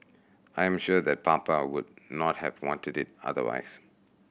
I am sure that Papa would not have wanted it otherwise